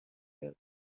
کردم